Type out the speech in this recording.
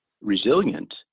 resilient